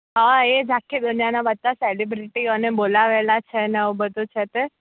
હા એ જ આખી દુનિયાનાં બધા સેલિબ્રિટીઓને બોલાવેલા છે ને આવું બધું છે તે